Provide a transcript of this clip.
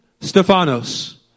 Stephanos